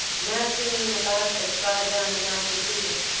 now swinging in a basket far down the mountain fissure.